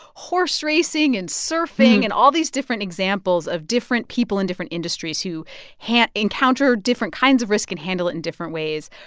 horse racing and surfing and all these different examples of different people in different industries who encounter different kinds of risk and handle it in different ways.